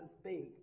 speak